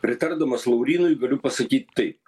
pritardamas laurynui galiu pasakyt taip